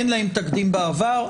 אין להם תקדים בעבר.